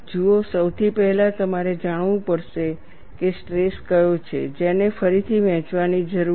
જુઓ સૌથી પહેલા તમારે જાણવું પડશે કે સ્ટ્રેસ કયો છે જેને ફરીથી વહેંચવાની જરૂર છે